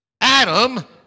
Adam